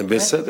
בית-ספר לרפואה.